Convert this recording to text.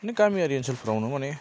गामियारि ओनसोलफोरावनो माने